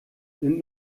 sind